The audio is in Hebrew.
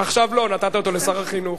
עכשיו לא, נתת אותו לשר החינוך.